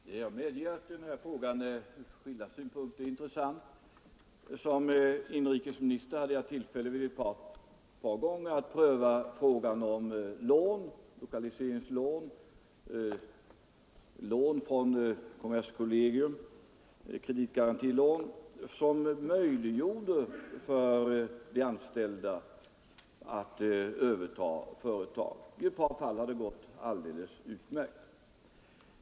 Herr talman! Jag medger att denna fråga från skilda synpunkter är intressant. Som inrikesminister hade jag ett par gånger tillfälle att pröva frågor om lokaliseringslån, lån från kommerskollegium och kreditgarantilån för att möjliggöra för de anställda att överta företag. I ett par fall har det gått alldeles utmärkt.